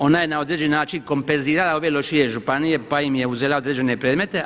Ona je na određeni način kompenzirala ove lošije županije, pa im je uzela određene predmete.